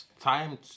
time